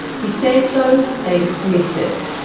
he says though, they dismissed it,